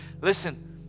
Listen